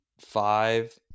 five